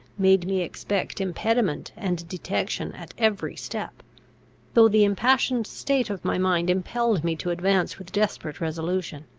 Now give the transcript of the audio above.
made me expect impediment and detection at every step though the impassioned state of my mind impelled me to advance with desperate resolution.